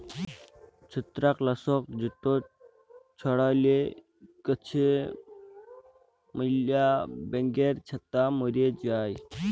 ছত্রাক লাসক যেট ছড়াইলে গাহাচে ম্যালা ব্যাঙের ছাতা ম্যরে যায়